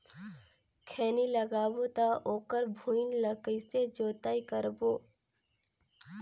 खैनी लगाबो ता ओकर भुईं ला कइसे जोताई करबो?